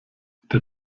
der